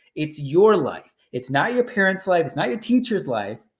it's your life, it's not your parent's life, it's not your teacher's life,